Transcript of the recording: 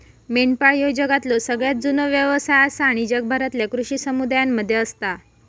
मेंढपाळ ह्यो जगातलो सगळ्यात जुनो व्यवसाय आसा आणि जगभरातल्या कृषी समुदायांमध्ये असता